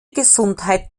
gesundheit